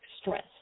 stress